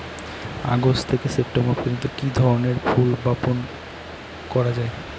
August থেকে September পর্যন্ত কি ধরনের ফুল বপন করা যায়?